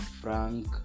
Frank